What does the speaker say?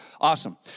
awesome